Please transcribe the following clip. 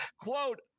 Quote